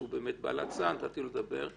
שהוא --- נתתי לו לדבר.